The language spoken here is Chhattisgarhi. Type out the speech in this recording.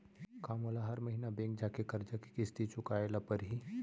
का मोला हर महीना बैंक जाके करजा के किस्ती चुकाए ल परहि?